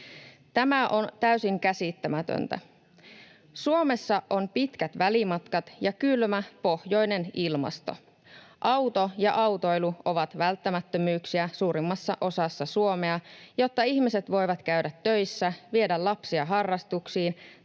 Tämä on täysin käsittämätöntä. Suomessa on pitkät välimatkat ja kylmä pohjoinen ilmasto. Auto ja autoilu ovat välttämättömyyksiä suurimmassa osassa Suomea, jotta ihmiset voivat käydä töissä, viedä lapsia harrastuksiin,